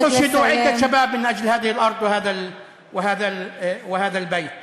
כמה נערים מתו מות קדושים למען האדמה הזאת והבית הזה.